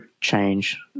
change